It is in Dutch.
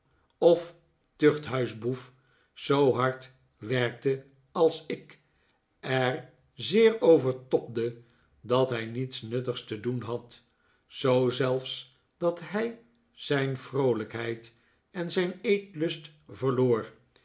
of tuchthuisboef zoo hard werkte als ik er zeer over tobde dat hij niets nuttigs te doen had zoo zelfs dat hij zijn vroolijkheid en zijn eetlust verloor